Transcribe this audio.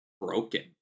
broken